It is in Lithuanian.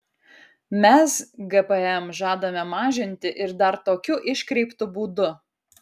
mes gpm žadame mažinti ir dar tokiu iškreiptu būdu